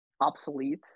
obsolete